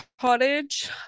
cottage